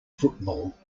football